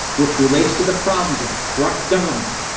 which relates to the problems of corrupt governments,